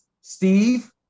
Steve